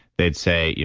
they'd say, yeah